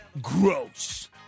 gross